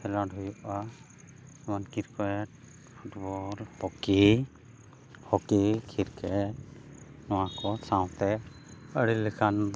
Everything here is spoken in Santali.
ᱠᱷᱮᱹᱞᱳᱰ ᱦᱩᱭᱩᱜᱼᱟ ᱱᱚᱣᱟ cricket football hockey hockey cricket ᱱᱚᱣᱟ ᱠᱚ ᱥᱟᱶᱛᱮ ᱟᱹᱰᱤ ᱞᱮᱠᱟᱱ